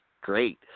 great